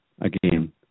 again